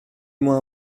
moins